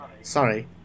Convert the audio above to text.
Sorry